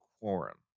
quorum